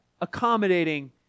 accommodating